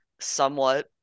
somewhat